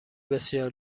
بسیار